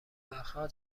وقتها